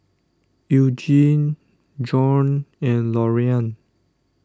Eugene Bjorn and Loriann